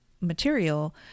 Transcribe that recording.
material